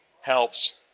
helps